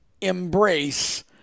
embrace